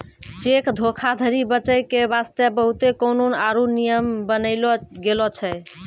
cheque धोखाधरी बचै के बास्ते बहुते कानून आरु नियम बनैलो गेलो छै